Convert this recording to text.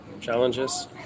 challenges